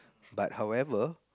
but however